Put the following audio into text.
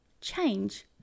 Change